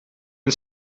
een